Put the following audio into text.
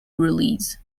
release